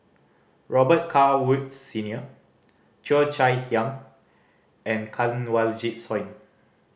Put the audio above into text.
Robet Carr Woods Senior Cheo Chai Hiang and Kanwaljit Soin